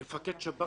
מפקד בש"כ